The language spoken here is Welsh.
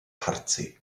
parti